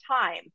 time